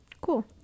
cool